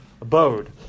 abode